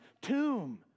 tomb